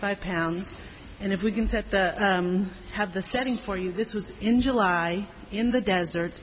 five pounds and if we can set that have this setting for you this was in july in the desert